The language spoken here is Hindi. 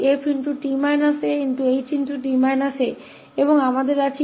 𝑔𝑡 इस तरह से 𝑓𝑡 − 𝑎𝐻𝑡 − 𝑎 और हमारे पासeas𝑓 है